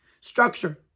structure